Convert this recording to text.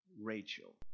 Rachel